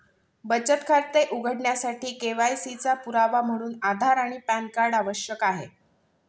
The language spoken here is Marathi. बचत खाते उघडण्यासाठी के.वाय.सी चा पुरावा म्हणून आधार आणि पॅन कार्ड आवश्यक आहे